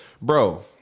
bro